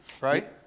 right